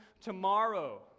tomorrow